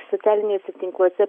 socialiniuose tinkluose